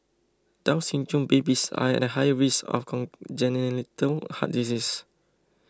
Down Syndrome babies are at higher risk of congenital heart disease